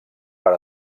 per